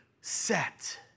set